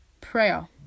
prayer